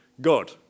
God